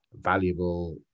valuable